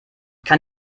kann